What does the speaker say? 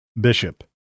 Bishop